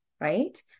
right